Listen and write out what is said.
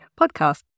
podcast